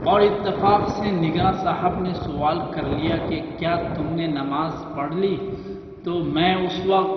اور اتفاق سے نگرہ صاحب نے سوال کر لیا کہ کیا تم نے نماز پڑ لی تو میں اس وقت